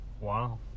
Wow